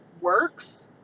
works